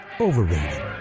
overrated